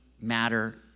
matter